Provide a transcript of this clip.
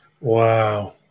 wow